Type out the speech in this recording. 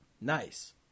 Nice